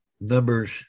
numbers